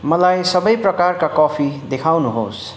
मलाई सबै प्रकारका कफी देखाउनुहोस्